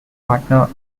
partner